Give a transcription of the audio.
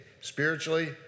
spiritually